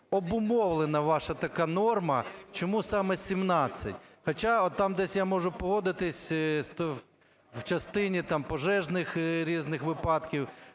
обумовлена ваша така норма, чому саме 17? Хоча там десь я можу погодитись в частині пожежних різних випадків,